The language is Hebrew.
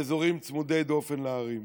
באזורים צמודי דופן לערים.